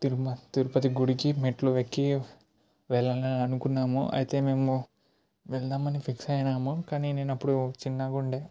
తిరుమల తిరుపతి గుడికి మెట్లు ఎక్కి వెళ్ళాలి అని అనుకున్నాము అయితే మేము వెళ్దామని ఫిక్స్ అయినాము నేను అప్పుడు చిన్నగా ఉండే